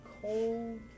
cold